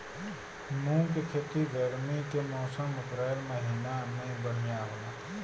मुंग के खेती गर्मी के मौसम अप्रैल महीना में बढ़ियां होला?